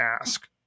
ask